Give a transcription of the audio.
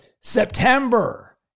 September